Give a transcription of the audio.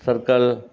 circle